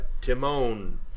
Timon